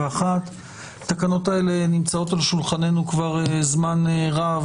התקנות האלה נמצאות על שולחננו כבר זמן רב,